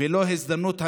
ולא הזדמנות המאה,